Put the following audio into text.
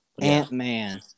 Ant-Man